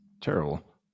terrible